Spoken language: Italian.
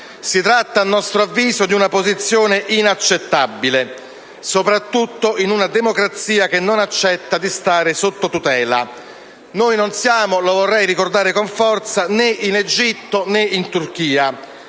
Si tratta, a nostro avviso, di una posizione inaccettabile, soprattutto in una democrazia che non accetta di stare sotto tutela. Noi non siamo, lo vorrei ricordare con forza, né in Egitto né in Turchia,